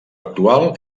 actual